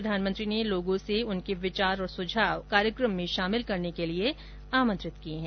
प्रधानमंत्री ने लोगों से उनके विचार और सुझाव कार्यक्रम में शामिल करने के लिए आमंत्रित किए हैं